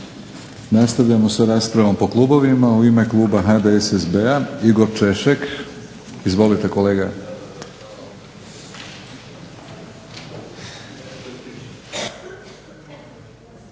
Nastavljamo sa raspravom po klubovima. U ime kluba HDSSB-a Igor Češek. Izvolite kolega.